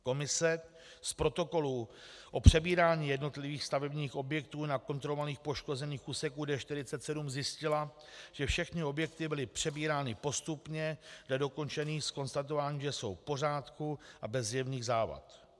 Komise z protokolu o přebírání jednotlivých stavebních objektů na kontrolovaných poškozených úsecích D47 zjistila, že všechny objekty byly přebírány postupně dle dokončení s konstatováním, že jsou v pořádku a bez zjevných závad.